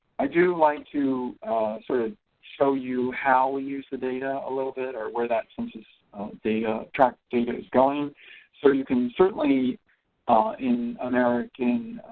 i do like to sort of show you how we use the data a little bit or where that census tract data is going so you can certainly in american